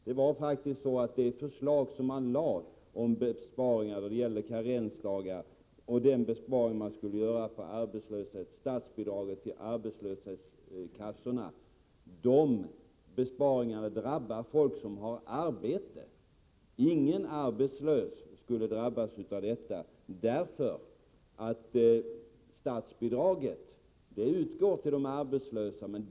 Det var faktiskt så, att förslaget om besparingar beträffande karensdagar och beträffande statsbidraget till arbetslöshetskassorna skulle ha drabbat dem som har arbete. Ingen arbetslös skulle ha drabbats av detta. Ersättningen utgår nämligen till de arbetslösa.